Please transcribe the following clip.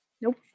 Nope